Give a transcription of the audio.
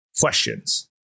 questions